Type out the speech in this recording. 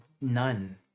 none